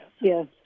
Yes